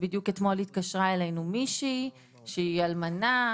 התקשרה אלינו אתמול מישהי אלמנה,